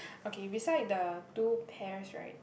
okay beside the two pairs right